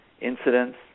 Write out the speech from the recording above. incidents